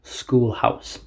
schoolhouse